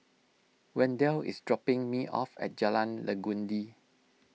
Wendell is dropping me off at Jalan Legundi